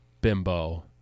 bimbo